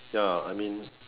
ya I mean